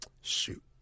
shoot